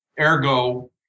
Ergo